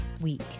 week